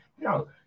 No